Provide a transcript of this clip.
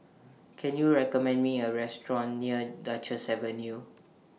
Can YOU recommend Me A Restaurant near Duchess Avenue